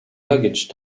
luggage